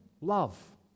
love